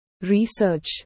research